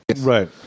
Right